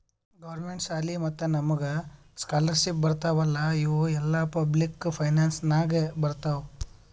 government ಸಾಲಿ ಮತ್ತ ನಮುಗ್ ಸ್ಕಾಲರ್ಶಿಪ್ ಬರ್ತಾವ್ ಅಲ್ಲಾ ಇವು ಎಲ್ಲಾ ಪಬ್ಲಿಕ್ ಫೈನಾನ್ಸ್ ನಾಗೆ ಬರ್ತಾವ್